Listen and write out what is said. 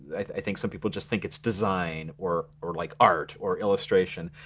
i think some people just think it's design, or or like art or illustration.